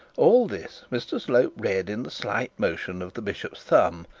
all this mr slope read in the slight motion of the bishop's thumb,